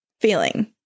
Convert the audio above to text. feeling